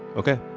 ok.